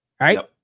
right